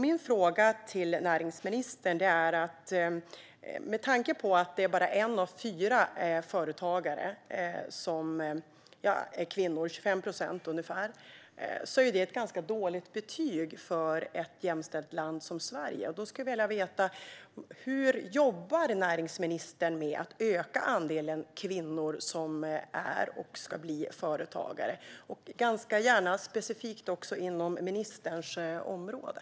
Min fråga till näringsministern ska ses mot bakgrund av att det bara är en av fyra företagare som är kvinna. Kvinnorna utgör ungefär 25 procent. Det är ett ganska dåligt betyg för ett jämställt land som Sverige. Då skulle jag vilja veta: Hur jobbar näringsministern med att öka andelen kvinnor som är och ska bli företagare? Det får gärna specifikt handla om det som är inom ministerns område.